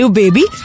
baby